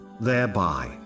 thereby